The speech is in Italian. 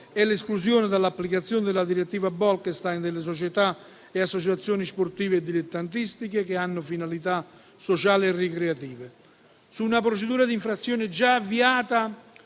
è l'esclusione dall'applicazione della direttiva Bolkestein delle società e delle associazioni sportive dilettantistiche che hanno finalità sociali e ricreative.